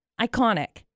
iconic